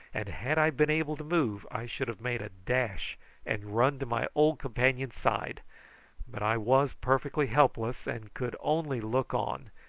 and had i been able to move i should have made a dash and run to my old companion's side but i was perfectly helpless, and could only look on,